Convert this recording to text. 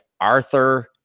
Arthur